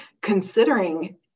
considering